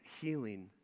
healing